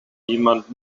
jemand